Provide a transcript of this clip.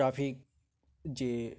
traffic যে